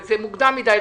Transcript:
זה מוקדם מדי.